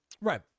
right